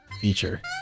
feature